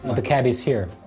the cab is here!